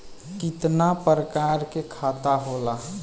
कितना प्रकार के खाता होला?